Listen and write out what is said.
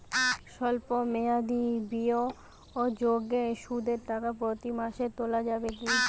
সল্প মেয়াদি বিনিয়োগে সুদের টাকা প্রতি মাসে তোলা যাবে কি?